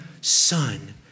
son